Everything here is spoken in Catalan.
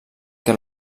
que